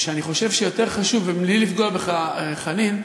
זה שאני חושב שיותר חשוב, ובלי לפגוע בך, חנין,